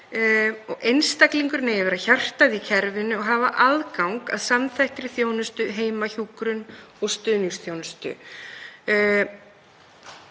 Einstaklingurinn eigi að vera hjartað í kerfinu og hafa aðgang að samþættri þjónustu, heimahjúkrun og stuðningsþjónustu.